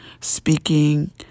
speaking